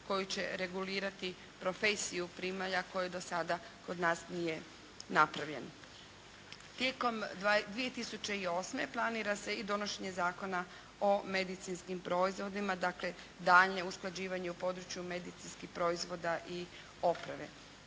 koji će regulirati profesiju primalja koje do sada kod nas nije napravljen. Tijekom 2008. planira se i donošenje Zakona o medicinskim proizvodima, dakle daljnje usklađivanje u području medicinskih proizvoda i oprave.